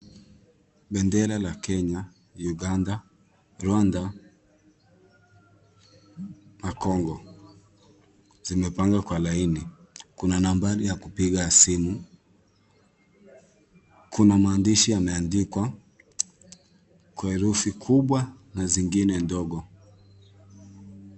Bendera la Kenya, Uganda, Rwanda na Congo. Zimepangwa kwa laini, kuna nambari ya kupiga ya simu. Kuna maandishi yameandikwa, Kwa herufi kubwa na zingine ndogo.